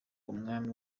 umwami